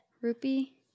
Rupee